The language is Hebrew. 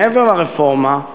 מעבר לרפורמה,